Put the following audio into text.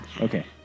Okay